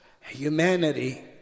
humanity